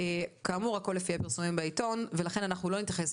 כאמור הכל לפי הפרסומים בעיתון ולכן אנחנו לא נתייחס,